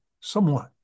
somewhat